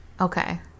Okay